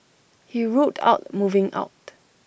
he ruled out moving out